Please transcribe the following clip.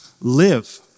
live